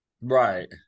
right